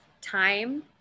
time